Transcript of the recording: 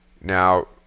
Now